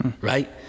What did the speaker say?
Right